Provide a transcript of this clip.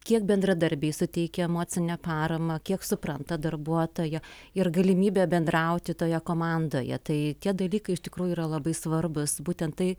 kiek bendradarbiai suteikia emocinę paramą kiek supranta darbuotoją ir galimybė bendrauti toje komandoje tai tie dalykai iš tikrųjų yra labai svarbus būtent tai